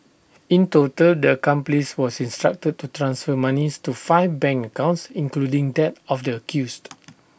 in total the accomplice was instructed to to transfer monies to five bank accounts including that of the accused